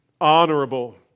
Honorable